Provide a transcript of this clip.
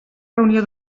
reunió